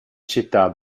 città